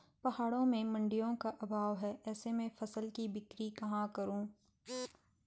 पहाड़ों में मडिंयों का अभाव है ऐसे में फसल की बिक्री कहाँ करूँ?